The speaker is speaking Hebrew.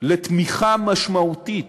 לתמיכה משמעותית,